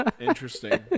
interesting